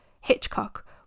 Hitchcock